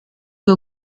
que